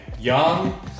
young